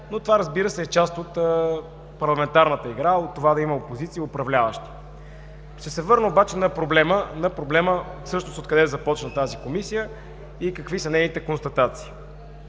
но това, разбира се, е част от парламентарната игра, от това да има опозиция и управляващи. Ще се върна обаче на проблема всъщност откъде започна тази Комисия и какви са нейните констатации?